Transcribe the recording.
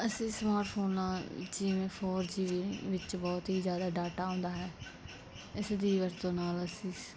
ਅਸੀਂ ਸਮਾਟ ਫੋਨਾਂ ਜਿਵੇਂ ਫੋਰ ਜੀ ਵਿੱਚ ਬਹੁਤ ਹੀ ਜ਼ਿਆਦਾ ਡਾਟਾ ਆਉਂਦਾ ਹੈ ਇਸ ਦੀ ਵਰਤੋਂ ਨਾਲ ਅਸੀਂ